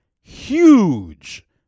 huge